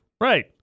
Right